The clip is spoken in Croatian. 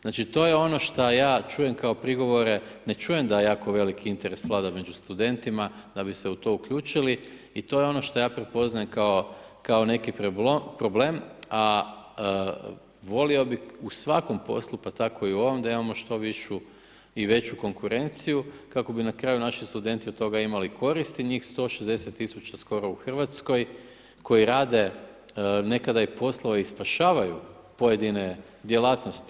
Znači to je ono što ja čujem kao prigovore, ne čujem da jako veliki interes vlada među studentima da bi se u to uključili i to je ono što ja prepoznajem kao neki problem, a volio bih u svakom poslu pa tako i u ovom da imamo što višu i veću konkurenciju kako bi na kraju naši studenti od toga imali koristi njih 160 tisuća skoro u Hrvatskoj koji rade nekada i poslove i spašavaju pojedine djelatnosti.